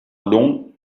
long